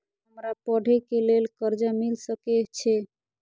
हमरा पढ़े के लेल कर्जा मिल सके छे?